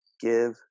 give